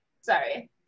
Sorry